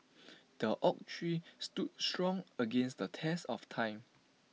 the oak tree stood strong against the test of time